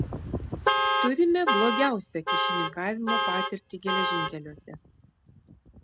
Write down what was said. turime blogiausią kyšininkavimo patirtį geležinkeliuose